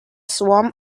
swarm